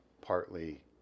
partly